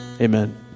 Amen